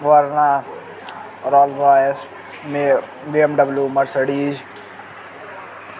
Verna Rolls Royce B M W Mercedes